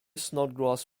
snodgrass